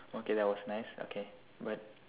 okay that was nice okay but